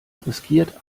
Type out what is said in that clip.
riskiert